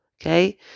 Okay